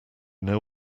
know